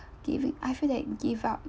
giving I feel that give up